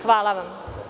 Hvala vam.